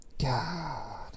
God